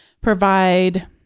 provide